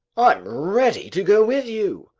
i'm ready to go with you.